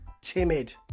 timid